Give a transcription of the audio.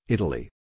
Italy